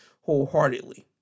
wholeheartedly